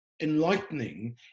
enlightening